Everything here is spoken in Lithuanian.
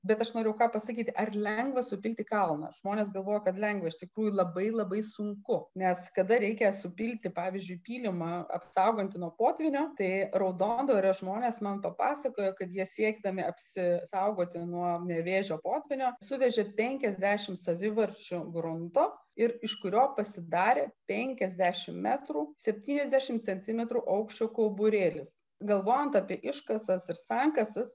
bet aš noriu ką pasakyti ar lengva supilti kalną žmonės galvoja kad lengva iš tikrųjų labai labai sunku nes kada reikia supilti pavyzdžiui pylimą apsaugantį nuo potvynio tai raudondvario žmonės man papasakojo kad jie siekdami apsisaugoti nuo nevėžio potvynio suvežė penkiasdešimt savivarčių grunto ir iš kurio pasidarė penkiasdešimt metrų septyniasdešimt centimetrų aukščio kauburėlis galvojant apie iškastas ir sankasas